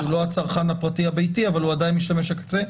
שהוא לא הצרכן הפרטי הביתי אבל הוא עדיין משתמש הקצה.